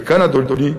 וכאן, אדוני,